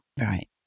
Right